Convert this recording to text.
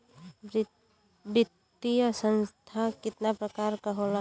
वित्तीय संस्था कितना प्रकार क होला?